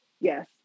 yes